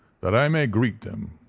that i may greet them.